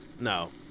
no